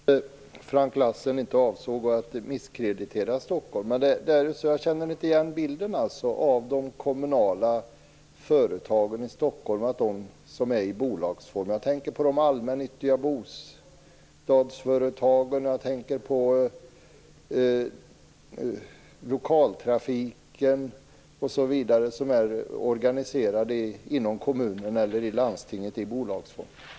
Fru talman! Jag förstår att Frank Lassen inte avsåg att misskreditera Stockholm. Men jag känner inte igen bilden av de kommunala företagen i bolagsform i Stockholm. Jag tänker på de allmännyttiga bostadsföretagen, lokaltrafiken, osv. som är organiserade inom kommunen eller i landstinget i bolagsform.